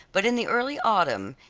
but in the early autumn,